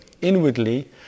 inwardly